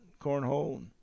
cornhole